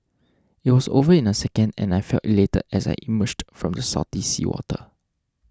it was over in a second and I felt elated as I emerged from the salty seawater